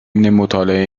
مطالعه